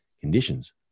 conditions